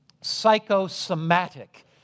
psychosomatic